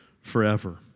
forever